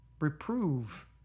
Reprove